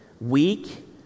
weak